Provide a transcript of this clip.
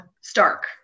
stark